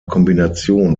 kombination